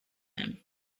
them